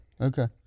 Okay